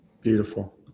Beautiful